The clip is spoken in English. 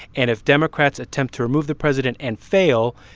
and if democrats attempt to remove the president and fail,